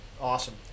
Awesome